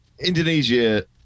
Indonesia